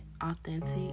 Authentic